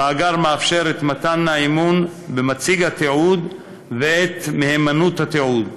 המאגר מאפשר את מתן האמון במציג התיעוד ואת מהימנות התיעוד.